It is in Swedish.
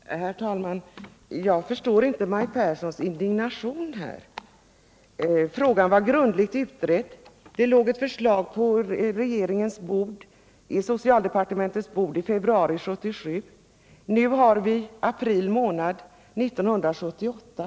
Herr talman! Jag förstår inte Maj Pehrssons indignation. Frågan var grundligt utredd. Det låg ett förslag på socialdepartementets bord i februari 1977. Nu har vi april månad 1978.